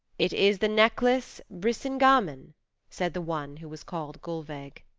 it is the necklace brisingamen said the one who was called gulveig.